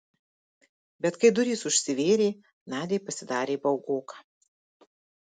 bet kai durys užsivėrė nadiai pasidarė baugoka